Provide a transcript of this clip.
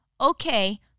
Okay